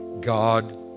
God